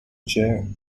chair